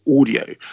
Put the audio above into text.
audio